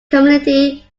committee